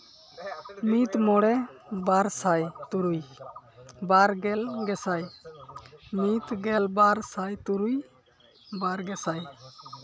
ᱢᱤᱫ ᱢᱚᱬᱮ ᱵᱟᱨ ᱥᱟᱭ ᱛᱩᱨᱩᱭ ᱵᱟᱨᱜᱮᱞ ᱜᱮᱥᱟᱭ ᱢᱤᱫ ᱜᱮᱞ ᱵᱟᱨ ᱥᱟᱭ ᱛᱩᱨᱩᱭ ᱵᱟᱨ ᱜᱮᱥᱟᱭ